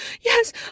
yes